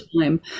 time